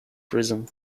prism